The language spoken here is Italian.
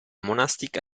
monastica